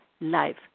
life